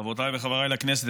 חברותיי וחבריי לכנסת,